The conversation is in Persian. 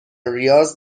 ریاض